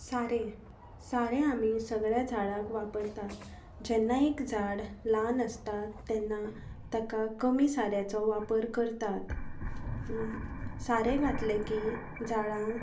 सारें सारें आमी सगळ्या झाडाक वापरतात जेन्ना एक झाड ल्हान आसता तेन्ना ताका कमी साऱ्याचो वापर करतात सारें घातलें की झाडां